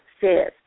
says